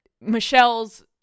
Michelle's